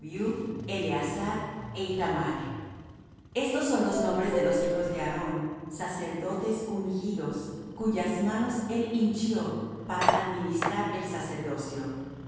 eleazar é ithamar estos son los nombres de los hijos de aarón sacerdotes ungidos cuyas manos él hinchió para administrar el sacerdocio